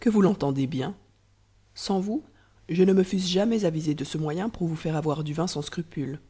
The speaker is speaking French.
que vous l'entendez bien sans vous je nomfusse jamais avisé de ce moyen pour vous faire avoir du vin sans scrupule